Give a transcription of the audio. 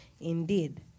indeed